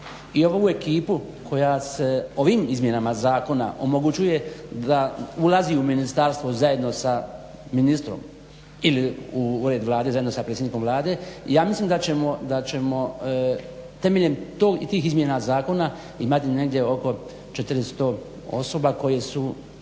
i ovu ekipu koja se ovim izmjenama zakona omogućuje da ulazi u ministarstvo zajedno sa ministrom ili u Ured Vlade zajedno sa predsjednikom Vlade ja mislim da ćemo temeljem tih izmjena zakona imati negdje oko 40 osoba koje su